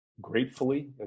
gratefully